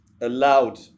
allowed